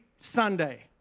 Sunday